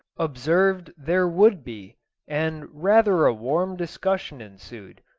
observed there would be and rather a warm discussion ensued,